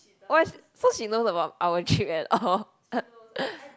what so she knows about our trip and all